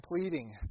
pleading